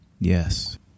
yes